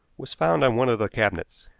was found on one of the cabinets.